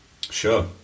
sure